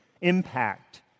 impact